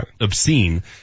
obscene